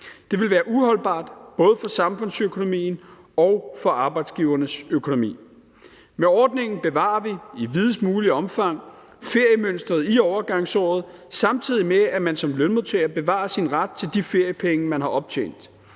Det ville være uholdbart både for samfundsøkonomien og for arbejdsgivernes økonomi. Med ordningen bevarer vi i videst muligt omfang feriemønsteret i overgangsåret, samtidig med at man som lønmodtager bevarer sin ret til de feriepenge, man har optjent.